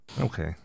Okay